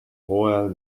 hooajal